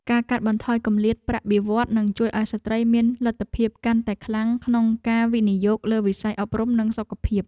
ការកាត់បន្ថយគម្លាតប្រាក់បៀវត្សរ៍នឹងជួយឱ្យស្ត្រីមានលទ្ធភាពកាន់តែខ្លាំងក្នុងការវិនិយោគលើវិស័យអប់រំនិងសុខភាព។